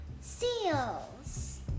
seals